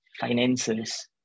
finances